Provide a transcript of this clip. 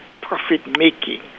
profit-making